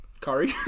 curry